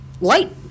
light